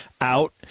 out